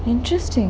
interesting